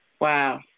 Wow